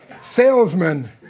salesman